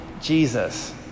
Jesus